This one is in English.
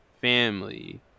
family